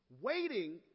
Waiting